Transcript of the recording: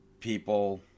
people